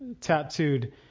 tattooed